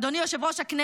לא, לא, אז הוא לא